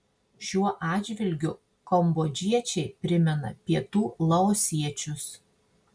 šiuo atžvilgiu kambodžiečiai primena pietų laosiečius